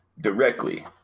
directly